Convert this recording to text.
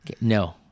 No